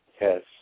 Yes